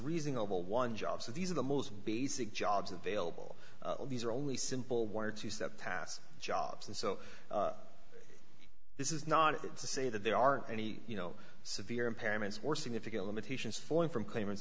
reasonable one job so these are the most basic jobs available these are only simple one or two step tasks jobs and so this is not to say that there aren't any you know severe impairments or significant limitations falling from claimants